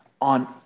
on